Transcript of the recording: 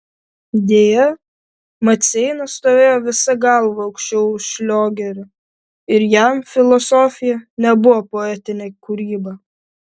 deja maceina stovėjo visa galva aukščiau už šliogerį ir jam filosofija nebuvo poetinė kūryba